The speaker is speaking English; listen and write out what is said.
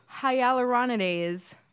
hyaluronidase